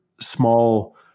small